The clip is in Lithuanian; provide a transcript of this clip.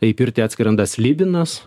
į pirtį atskrenda slibinas